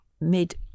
mid